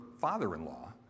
father-in-law